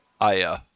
Aya